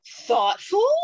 thoughtful